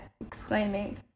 exclaiming